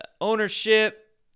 ownership